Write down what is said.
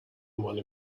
one